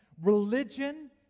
religion